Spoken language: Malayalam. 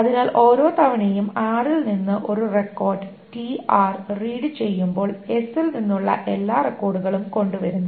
അതിനാൽ ഓരോ തവണയും r ൽ നിന്ന് ഒരു റെക്കോർഡ് tr റീഡ് ചെയ്യുമ്പോൾ s ൽ നിന്നുള്ള എല്ലാ റെക്കോർഡുകളും കൊണ്ടുവരുന്നു